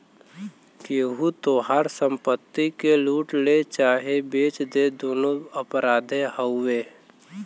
केहू तोहार संपत्ति के लूट ले चाहे बेच दे दुन्नो अपराधे हउवे